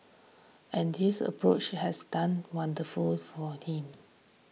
and this approach has done wonderful for him